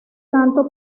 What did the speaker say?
tanto